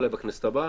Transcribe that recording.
אולי בכנסת הבאה,